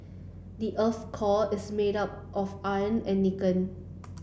the earth's core is made of iron and